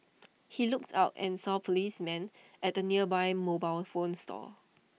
he looked out and saw policemen at the nearby mobile phone store